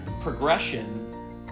progression